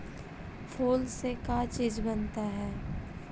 फूल से का चीज बनता है?